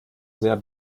sehr